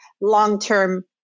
long-term